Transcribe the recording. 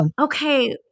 Okay